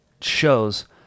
Shows